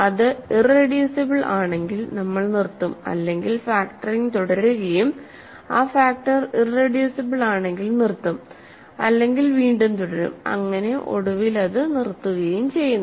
അത് ഇറെഡ്യൂസിബിൾ ആണെങ്കിൽ നമ്മൾ നിർത്തുംഅല്ലെങ്കിൽ ഫാക്റ്ററിംഗ് തുടരുകയും ആ ഫാക്ടർ ഇറെഡ്യൂസിബിൾ ആണെങ്കിൽ നിർത്തും അല്ലെങ്കിൽ വീണ്ടും തുടരും അങ്ങിനെ ഒടുവിൽ അത് നിർത്തുകയും ചെയ്യുന്നു